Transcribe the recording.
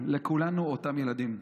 ולכולנו אותם ילדים.